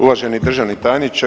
Uvaženi državni tajniče.